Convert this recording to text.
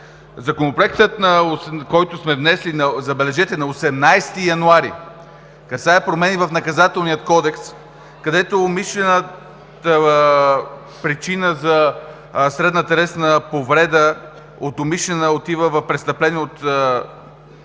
Законопроектът, който сме внесли, забележете, на 18 януари, касае промени в Наказателния кодекс, където умишлената причина за средна телесна повреда от умишлена отива в престъпление от